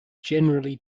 generally